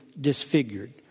disfigured